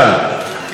להחזיר אותו.